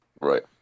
right